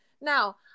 now